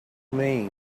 mean